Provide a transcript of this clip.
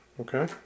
Okay